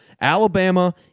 Alabama